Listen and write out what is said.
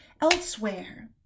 elsewhere